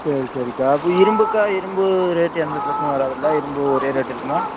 சரி சரிக்கா அப்போ இரும்புக்கா இரும்பு ரேட் எந்த பிரச்சினையும் வராதுல்லை இரும்பும் ஒரே ரேட் இருக்குதுமா